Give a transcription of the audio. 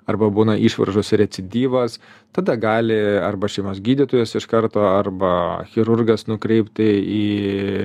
arba būna išvaržos recidyvas tada gali arba šeimos gydytojas iš karto arba chirurgas nukreipti į